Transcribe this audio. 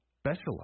specialize